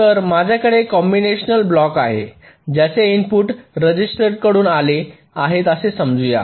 तर माझ्याकडे combinational block आहे ज्यांचे इनपुट रजिस्टर कडून आले आहेत असे समजूया